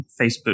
Facebook